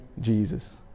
Jesus